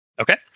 Okay